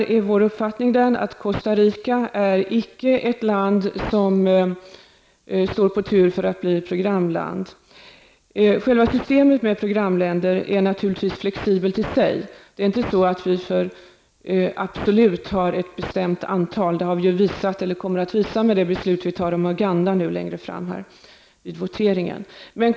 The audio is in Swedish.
Vår uppfattning är den att Costa Rica är ett land som icke står på tur för att bli programland. Själva systemet med programländer är naturligtvis flexibelt i sig. Det är inte så, att vi absolut måste ha ett bestämt antal, vilket vi kommer att visa när det gäller beslutet beträffande Uganda som vi kommer att fatta litet senare.